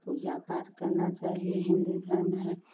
पूजा पाठ करना चाहिए हिन्दू धर्म है